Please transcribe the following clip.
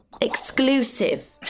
Exclusive